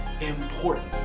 important